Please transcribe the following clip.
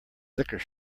liquor